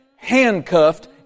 handcuffed